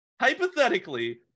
hypothetically